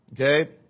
okay